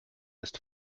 ist